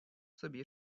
собі